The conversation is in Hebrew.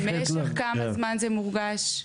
במשך כמה זה מורגש?